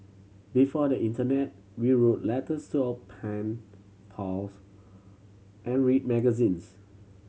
before the internet we wrote letters to our pen pals and read magazines